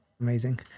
Amazing